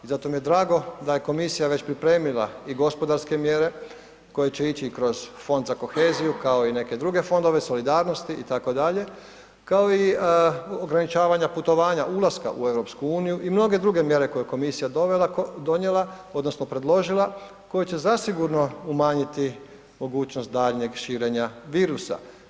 I zato mi je drago da je komisija već pripremila i gospodarske mjere koje će ići i kroz Fond za koheziju, kao i neke druge fondove solidarnosti itd., kao i ograničavanja putovanja ulaska u EU i mnoge druge mjere koje je komisija dovela, donijela odnosno predložila koje će zasigurno umanjiti mogućnost daljnjeg širenja virusa.